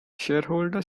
shareholder